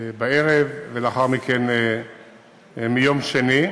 בערב, ולאחר מכן מיום שני.